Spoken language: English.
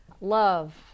Love